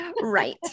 Right